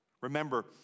Remember